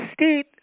State